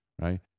right